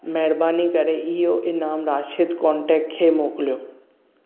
महिरबानी करे इहो इनामु राशिद कोन्टेक्टु खे मोकिलियो